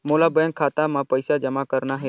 मोला बैंक खाता मां पइसा जमा करना हे?